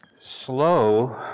slow